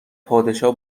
پادشاه